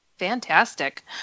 Fantastic